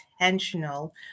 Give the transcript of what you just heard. intentional